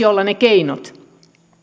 olla ne keinot